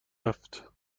رفت